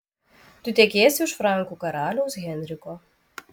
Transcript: tu tekėsi už frankų karaliaus henriko